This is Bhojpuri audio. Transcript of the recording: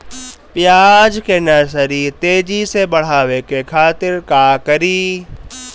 प्याज के नर्सरी तेजी से बढ़ावे के खातिर का करी?